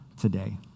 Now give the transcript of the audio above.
today